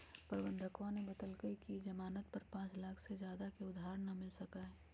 प्रबंधकवा ने बतल कई कि ई ज़ामानत पर पाँच लाख से ज्यादा के उधार ना मिल सका हई